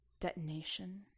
Detonation